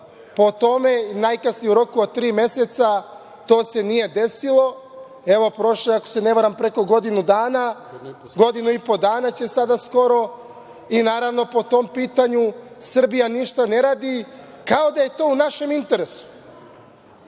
po tome, a najkasnije u roku od tri meseca, ali to se nije desilo. Evo prošlo je ako se ne varam preko godinu dana, godinu i po dana će sada skoro i naravno po tom pitanju Srbija ništa ne radi, kao da je to u našem interesu